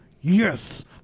Yes